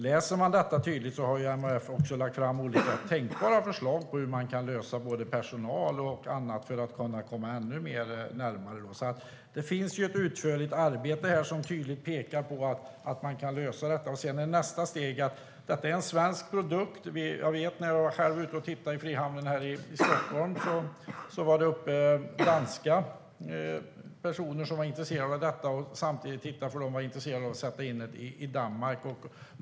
Läser man detta tydligt har MHF också lagt fram olika tänkbara förslag på hur man kan lösa personalproblem och annat för att komma närmare detta. Det har gjorts ett utförligt arbete där det tydligt pekas på att man kan lösa detta. Detta är en svensk produkt. När jag var och tittade på detta i Frihamnen här i Stockholm var det danskar som var där och tittade och som var intresserade av att ha detta i Danmark.